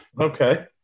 Okay